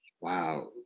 Wow